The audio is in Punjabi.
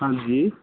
ਹਾਂਜੀ